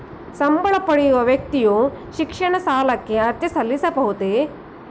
ಸಂಬಳ ಪಡೆಯುವ ವ್ಯಕ್ತಿಯು ಶಿಕ್ಷಣ ಸಾಲಕ್ಕೆ ಅರ್ಜಿ ಸಲ್ಲಿಸಬಹುದೇ?